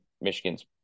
Michigan's